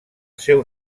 seu